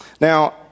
Now